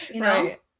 Right